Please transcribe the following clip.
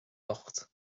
locht